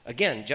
Again